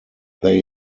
they